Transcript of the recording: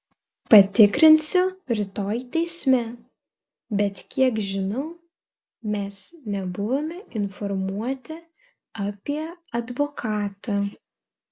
patikrinsiu rytoj teisme bet kiek žinau mes nebuvome informuoti apie advokatą